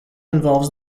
involves